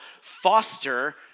foster